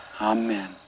Amen